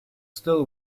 still